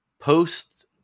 Post